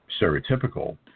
stereotypical